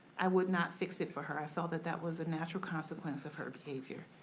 i would not fix it for her. i felt that that was a natural consequence of her behavior.